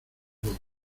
votos